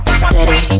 steady